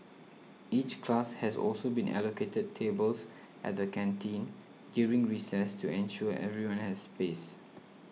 each class has also been allocated tables at the canteen during recess to ensure everyone has space